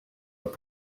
have